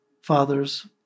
father's